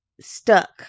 stuck